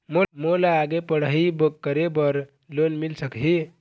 मोला आगे पढ़ई करे बर लोन मिल सकही?